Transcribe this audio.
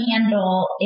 handle